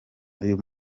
uyu